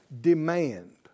demand